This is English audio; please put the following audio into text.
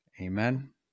Amen